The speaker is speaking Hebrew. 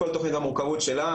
כל תוכנית והמורכבות שלה,